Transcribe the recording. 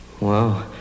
Wow